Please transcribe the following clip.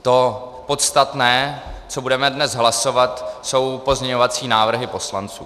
To podstatné, co budeme dnes hlasovat, jsou pozměňovací návrhy poslanců.